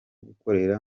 gukorera